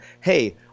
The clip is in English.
hey